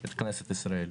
את כנסת ישראל.